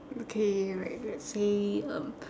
okay right let's say um